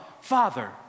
Father